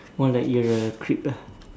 more like you are a creep ah